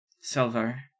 Silver